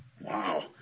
Wow